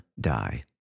die